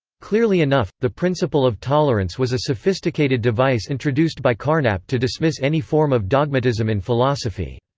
clearly enough, the principle of tolerance was a sophisticated device introduced by carnap to dismiss any form of dogmatism in philosophy.